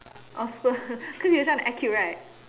offer cause you just want to act cute right